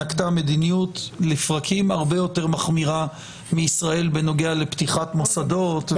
שנקטה לפרקים מדיניות הרבה יותר מחמירה מישראל בנוגע לפתיחת מוסדות.